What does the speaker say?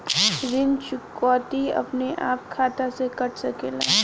ऋण चुकौती अपने आप खाता से कट सकेला?